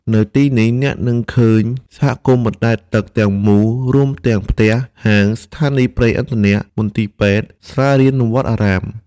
នៅទីនេះ អ្នកនឹងឃើញសហគមន៍បណ្តែតទឹកទាំងមូល រួមទាំងផ្ទះ ហាង ស្ថានីយ៍ប្រេងឥន្ធនៈ មន្ទីរពេទ្យ សាលារៀន និងវត្តអារាម។